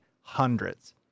hundreds